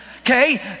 Okay